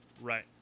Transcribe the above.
Right